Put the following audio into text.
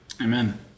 Amen